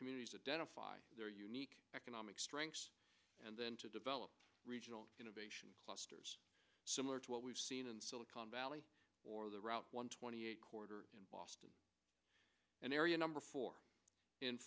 communities of dental fi their unique economic strengths and then to develop regional innovation clusters similar to what we've seen in silicon valley or the route one twenty eight corridor in boston and area number four